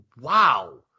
wow